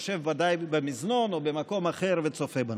יושב ודאי במזנון או במקום אחר וצופה בנו.